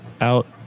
out